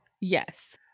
Yes